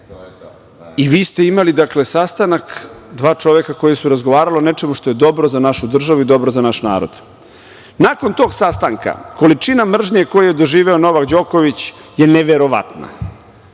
i vi ste imali, dakle, sastanak dva čoveka koji su razgovarali o nečemu što je dobro za našu državu i što dobro za naš narod. Nakon tog sastanka, količina mržnje koju je doživeo Novak Đoković je neverovatna.